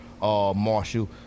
Marshall